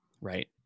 right